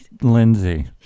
Lindsay